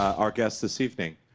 our guest this evening.